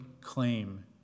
claim